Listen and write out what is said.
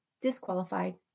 disqualified